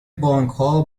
بانکها